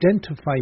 identify